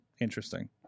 interesting